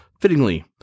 fittingly